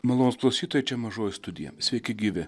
malonūs klausytojai čia mažoji studija sveiki gyvi